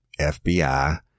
FBI